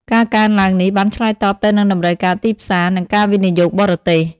ការកើនឡើងនេះបានឆ្លើយតបទៅនឹងតម្រូវការទីផ្សារ និងការវិនិយោគបរទេស។